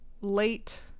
late